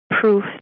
proof